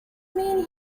mean